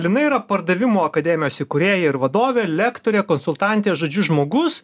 lina yra pardavimo akademijos įkūrėja ir vadovė lektorė konsultantė žodžiu žmogus